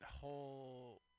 whole